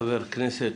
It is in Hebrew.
חבר הכנסת,